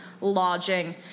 lodging